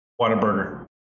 Whataburger